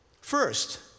First